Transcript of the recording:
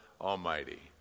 Almighty